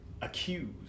Accused